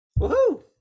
Woohoo